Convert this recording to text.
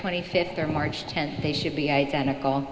twenty fifth or march tenth they should be identical